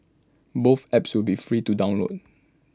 both apps will be free to download